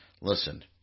Listen